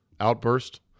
outburst